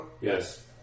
Yes